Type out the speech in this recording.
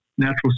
natural